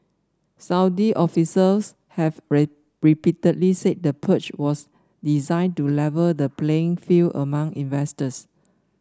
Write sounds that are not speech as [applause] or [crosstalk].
Saudi officials have [unintelligible] repeatedly said the purge was designed to level the playing field among investors